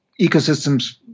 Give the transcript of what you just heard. ecosystem's